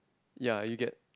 ya you get